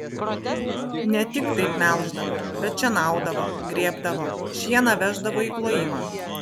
ne tik taip melždavo bet šienaudavo grėbdavo šieną veždavo į klojimą